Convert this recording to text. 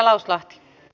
arvoisa puhemies